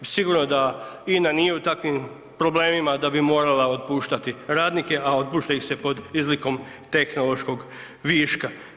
Sigurno da INA nije u takvim problemima da bi morala otpuštati radnike, a otpušta ih se pod izlikom tehnološkog viška.